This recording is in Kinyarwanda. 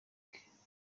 bwe